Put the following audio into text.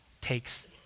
takes